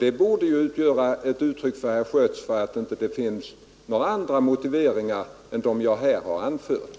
Det borde utgöra ett bevis, herr Schött, för att det inte finns några andra motiveringar än de jag här har anfört.